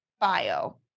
bio